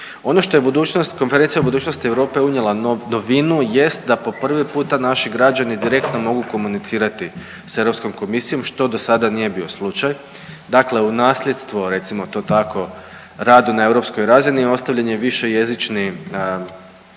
budućnost, Konferencija o budućnosti Europe unijela novinu jest da po prvi puta naši građani direktno mogu komunicirati sa Europskom komisijom što do sada nije bio slučaj. Dakle, u nasljedstvo recimo to tako, radu na europskoj razini ostavljen je višejezični